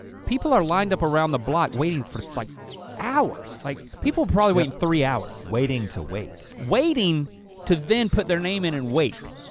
people are lined up around the block waiting for like hours, like people probably wait three hours. waiting to wait. waiting to then put their name in and wait.